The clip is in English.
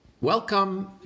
Welcome